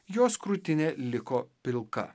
jos krūtinė liko pilka